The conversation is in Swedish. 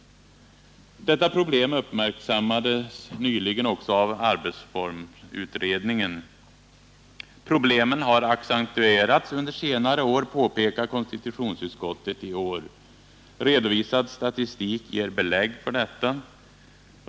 Detta problem uppmärksammades nyligen också av arbetsformsutredningen. Problemen har accentuerats under senare år, påpekar konstitutionsutskottet i år. Redovisad statistik ger belägg för detta.